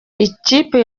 ikipe